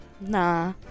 Nah